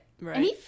right